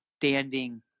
standing